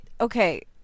Okay